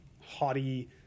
haughty